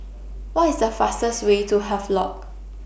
What IS The fastest Way to Havelock